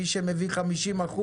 מי שמביא 50%,